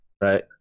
right